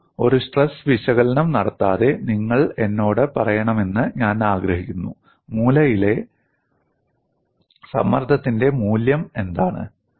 നോക്കൂ ഒരു സ്ട്രെസ് വിശകലനം നടത്താതെ നിങ്ങൾ എന്നോട് പറയണമെന്ന് ഞാൻ ആഗ്രഹിക്കുന്നു മൂലയിലെ സമ്മർദ്ദത്തിന്റെ മൂല്യം എന്താണ്